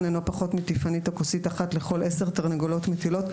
אינו פחות מטיפנית או כוסית אחת לכל עשר תרנגולות מטילות,